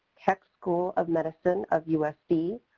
keck school of medicine of usc,